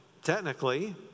Technically